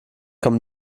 kommt